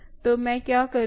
तो मैं क्या करुँगी